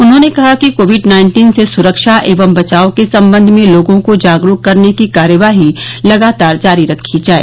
उन्होंने कहा कि कोविड नाइन्टीन से सुरक्षा एवं बचाव के सम्बन्ध में लोगों को जागरूक करने की कार्यवाही लगातार जारी रखी जाय